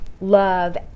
love